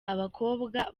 abakobwa